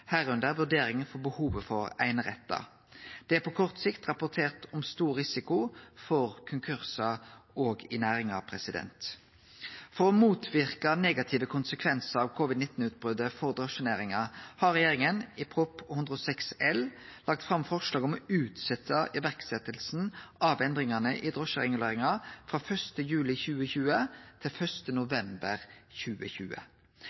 behovet for einerettar. Det er på kort sikt rapportert om stor risiko for konkursar i næringa. For å motverke negative konsekvensar av covid-19-utbrotet for drosjenæringa har regjeringa i Prop. 106 L for 2019–2020 lagt fram forslag om å utsetje iverksetjinga av endringane i drosjereguleringa frå 1. juli 2020 til